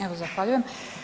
Evo zahvaljujem.